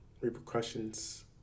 repercussions